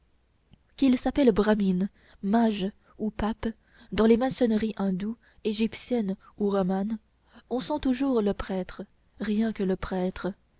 qu'il s'appelle bramine mage ou pape dans les maçonneries hindoue égyptienne ou romane on sent toujours le prêtre rien que le prêtre